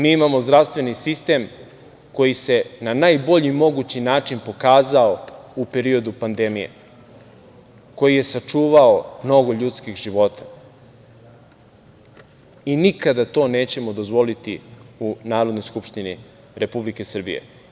Mi imamo zdravstveni sistem koji se na najbolji mogući način pokazao u periodu pandemije, koji je sačuvao mnogo ljudskih života i nikada to nećemo dozvoliti u Narodnoj skupštini Republike Srbije.